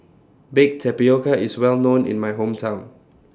Baked Tapioca IS Well known in My Hometown